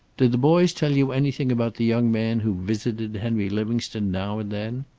did the boys tell you anything about the young man who visited henry livingstone now and then?